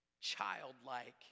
Childlike